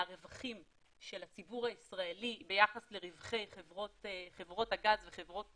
מהרווחים של הציבור הישראלי ביחס לרווחי חברות הגז וחברות